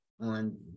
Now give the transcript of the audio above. on